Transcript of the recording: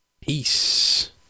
Peace